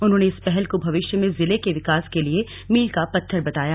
उन्होंने इस पहल को भविष्य मे जिले के विकास के लिए मील का पत्थर बताया